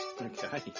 Okay